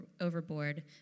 overboard